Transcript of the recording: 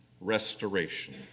restoration